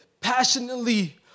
passionately